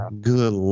good